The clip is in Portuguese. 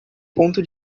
ponto